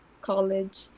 college